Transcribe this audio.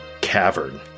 cavern